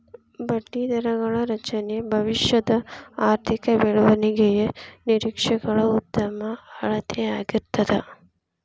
ಬಡ್ಡಿದರಗಳ ರಚನೆ ಭವಿಷ್ಯದ ಆರ್ಥಿಕ ಬೆಳವಣಿಗೆಯ ನಿರೇಕ್ಷೆಗಳ ಉತ್ತಮ ಅಳತೆಯಾಗಿರ್ತದ